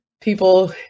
people